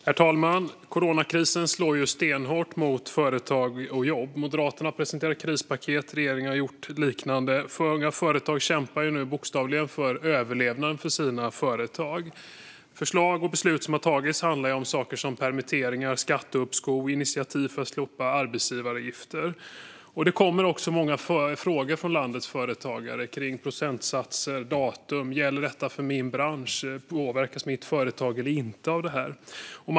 Herr talman! Coronakrisen slår stenhårt mot företag och jobb. Moderaterna presenterar krispaket, och regeringen har gjort liknande. Många företagare kämpar bokstavligen för överlevnad för sina företag. Förslag och beslut som har fattats handlar om permitteringar, skatteuppskov och initiativ för att slopa arbetsgivaravgifter. Det kommer många frågor från landets företagare om procentsatser, datum, om det gäller deras bransch, om företaget påverkas eller inte.